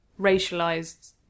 racialized